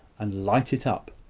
and light it up.